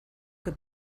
que